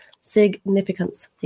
significance